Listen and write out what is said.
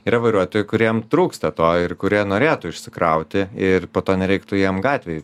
yra vairuotojų kuriem trūksta to ir kurie norėtų išsikrauti ir po to nereiktų jam gatvėj